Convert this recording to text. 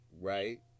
right